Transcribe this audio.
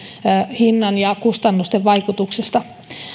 hinnan ja kustannusten vaikutuksista